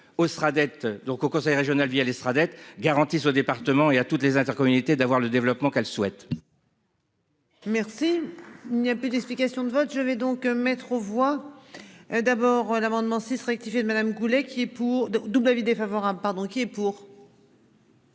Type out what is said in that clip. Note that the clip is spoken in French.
au conseil régional via laissera dettes garantissent au département et à toutes les intercommunalités, d'avoir le développement qu'elle souhaite. Merci. Il n'y a plus d'explications de vote. Je vais donc mettre aux voix. D'abord l'amendement 6 rectifié de Madame Goulet qui est pour deux double avis défavorable, pardon, qui est pour.